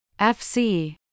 FC